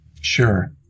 Sure